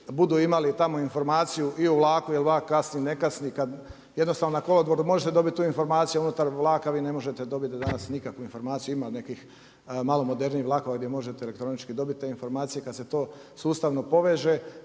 budu imali tamo informaciju i o vlaku, je li vlak kasni, ne kasni, kada jednostavno na kolodvoru možete dobiti tu informaciju a unutar vlaka vi ne možete dobiti danas nikakvu informaciju, ima nekih malo modernijih vlakova gdje možete elektronički dobiti te informacije. Kada se to sustavno poveže